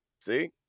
See